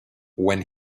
when